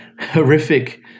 horrific